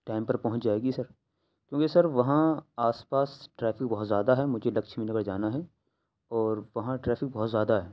time پہ پہنچ جائے گی سر کیونکہ سر وہاں آس پاس ٹریفک بہت زیادہ ہے مجھے لکچھمی نگر جانا ہے اور وہاں ٹریفک بہت زیادہ ہے